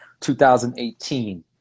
2018